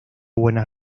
buenas